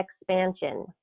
Expansion